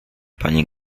pani